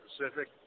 Pacific